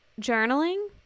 journaling